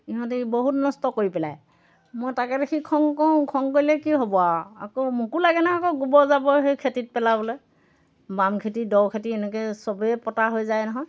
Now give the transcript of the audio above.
ইহঁতে বহুত নষ্ট কৰি পেলাই মই তাকে দেখি খং কৰোঁ খং কৰিলে কি হ'ব আৰু আকৌ মোকো লাগে নহয় আকৌ গোবৰ জাবৰ সেই খেতিত পেলাবলৈ বাম খেতি দ খেতি এনেকৈ চবেই পতা হৈ যায় নহয়